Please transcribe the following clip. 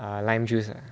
ah lime juice ah